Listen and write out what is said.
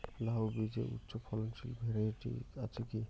লাউ বীজের উচ্চ ফলনশীল ভ্যারাইটি আছে কী?